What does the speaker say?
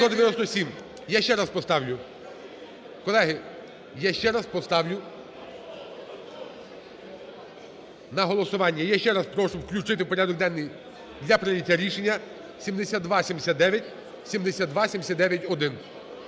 я ще раз поставлю на голосування. Я ще раз прошу включити в порядок денний для прийняття рішення 7279, 7279-1.